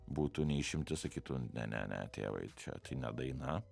būtų ne išimtis sakytų ne ne ne tėvai čia tai ne daina